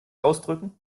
ausdrücken